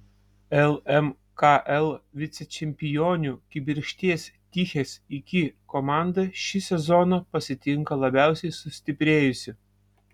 lmkl vicečempionių kibirkšties tichės iki komanda šį sezoną pasitinka labiausiai sustiprėjusi